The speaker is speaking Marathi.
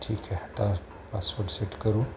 ठीके तर पासवर्ड सेट करू